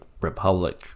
republic